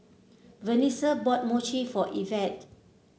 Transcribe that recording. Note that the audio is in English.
Venessa bought Mochi for Ivette